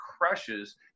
crushes